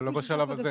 לא בשלב הזה.